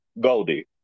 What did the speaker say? Goldie